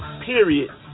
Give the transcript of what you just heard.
period